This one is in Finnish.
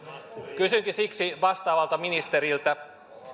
kysynkin siksi vastaavalta ministeriltä